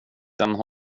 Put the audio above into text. den